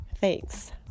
Thanks